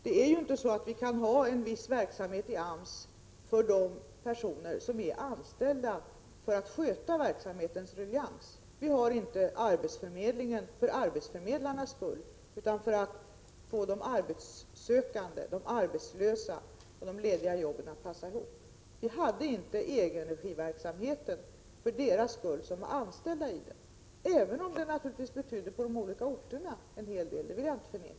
Vi kan ju inte ha en viss verksamhet i AMS för de personer som är anställda för att sköta arbetsförmedlingens ruljangs. Vi har inte arbetsförmedlingen för arbetsförmedlarnas skull utan för att få de arbetssökande, de arbetslösa, och de lediga jobben att passa ihop. Vi hade inte egenregiverksamheten för deras skull som var anställda i den, även om den naturligtvis på de olika orterna betydde en hel del — det vill jag inte förneka.